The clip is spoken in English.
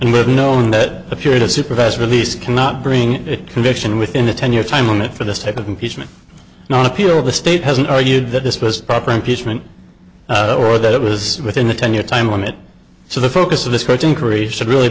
we have known that a period of supervised release cannot bring conviction within a ten year time limit for this type of impeachment no appeal the state has argued that this was proper impeachment or that it was within the ten year time limit so the focus of this vote increase should really